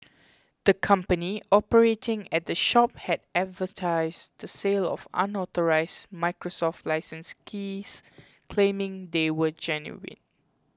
the company operating at the shop had advertised the sale of unauthorised Microsoft licence keys claiming they were genuine